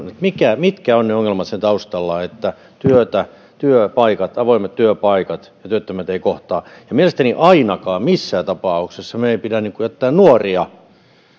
mitkä ovat ne ongelmat siellä taustalla että työpaikat avoimet työpaikat ja työttömät eivät kohtaa mielestäni ainakaan missään tapauksessa meidän ei pidä jättää nuoria